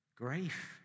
Grief